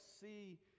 see